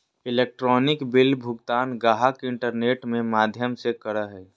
electronic bill भुगतान गाहक internet में माध्यम से करो हइ